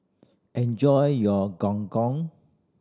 enjoy your Gong Gong